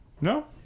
No